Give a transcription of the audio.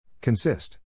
Consist